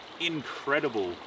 incredible